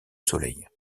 soleil